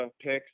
picks